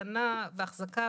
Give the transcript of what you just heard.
התקנה ואחזקה,